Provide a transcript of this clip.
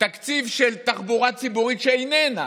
תקציב לתחבורה ציבורית שאיננה.